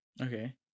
Okay